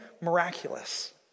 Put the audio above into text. miraculous